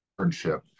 internship